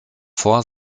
vor